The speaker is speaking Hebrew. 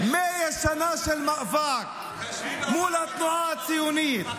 מאה שנה של מאבק מול התנועה הציונית,